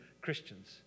Christians